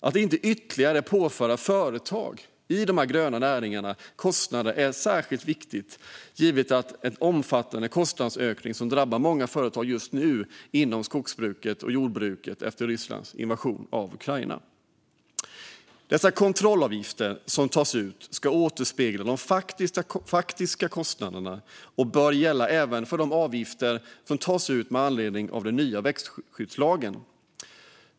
Att inte ytterligare påföra företag i de gröna näringarna kostnader är särskilt viktigt givet den omfattande kostnadsökning som drabbar många företag just nu inom skogsbruket och jordbruket efter Rysslands invasion av Ukraina. De kontrollavgifter som tas ut ska återspegla de faktiska kostnaderna, och det bör gälla även för de avgifter som tas ut med anledning av den nya växtskyddslagen.